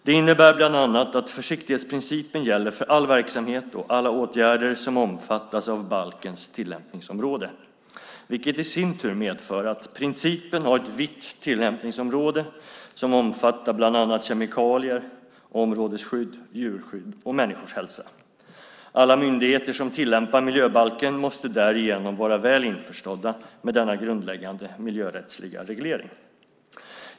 Det innebär bland annat att försiktighetsprincipen gäller för all verksamhet och alla åtgärder som omfattas av balkens tillämpningsområde, vilket i sin tur medför att principen har ett vitt tillämpningsområde som omfattar bland annat kemikalier, områdesskydd, djurskydd och människors hälsa. Alla myndigheter som tillämpar miljöbalken måste därigenom vara väl införstådda med denna grundläggande miljörättsliga reglering.